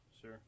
Sure